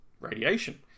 radiation